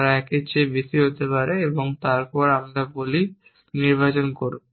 তারা 1 এর বেশি হতে পারে এবং তারপর আবার আমরা বলি নির্বাচন করুন